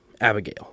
Abigail